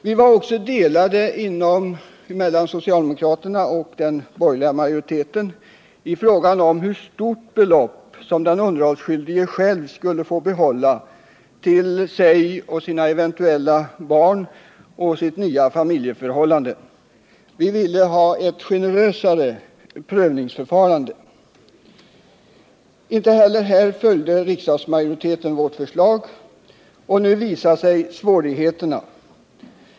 Det var delade meningar mellan socialdemokraterna och den borgerliga majoriteten också i fråga om hur stort belopp som den underhållsskyldige skulle få behålla för sig själv, sina eventuella barn och sitt nya familjeförhållande. Vi ville ha ett generösare prövningsförfarande. Inte heller här följde riksdagsmajoriteten vårt förslag, och nu visar sig svårigheterna.